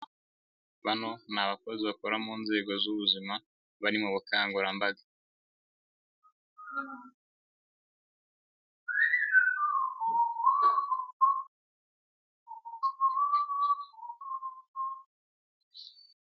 Bano ni abakozi bakora mu nzego z'ubuzima bari mu bukangurambaga.